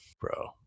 Bro